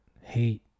hate